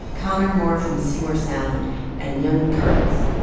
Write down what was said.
connor moore from cmoore sound and yung kartz.